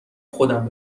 خودم